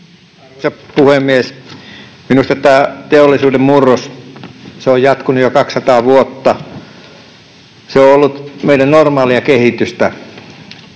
Arvoisa puhemies! Minusta tämä teollisuuden murros on jatkunut jo 200 vuotta. Se on ollut meidän normaalia kehitystä.